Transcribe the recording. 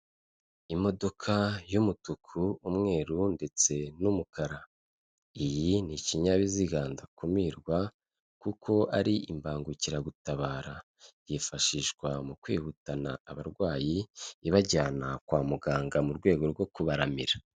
Imodoka y'umutuku, umweru ndetse n'umukara, iyi ni ikinyabiziga ndakumirwa kuko ari imbangukiragutabara yifashishwa mu kwihutana abarwayi ibajyana kwa muganga mu rwego rwo kubaramira.